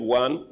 one